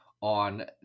on